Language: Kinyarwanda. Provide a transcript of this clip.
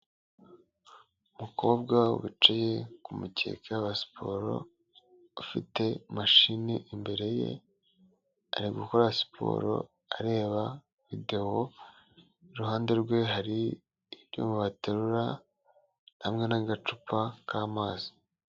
Umukobwa wicaye ku mukeke wa siporo ufite mashini imbere ye, ari gukora siporo areba videwo, iruhande rwe hari ibyo waterura hamwe n'agacupa k'amazi.